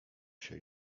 się